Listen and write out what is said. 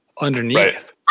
underneath